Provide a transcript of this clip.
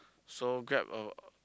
so grab a